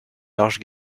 large